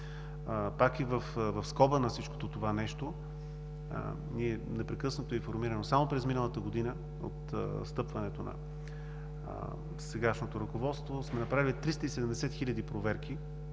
усилия. В скоба на всичко това, ние непрекъснато информираме. Само през миналата година, от встъпването на сегашното ръководство, сме направили 370 хил. проверки